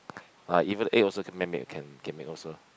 ah even egg also can man made can can make also